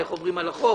איך עוברים על החוק,